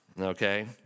okay